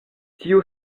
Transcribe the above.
tiu